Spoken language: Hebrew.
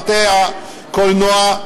בתי-הקולנוע,